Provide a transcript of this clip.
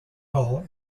hall